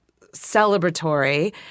celebratory